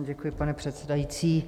Ano, děkuji, pane předsedající.